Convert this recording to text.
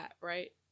right